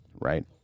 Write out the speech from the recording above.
right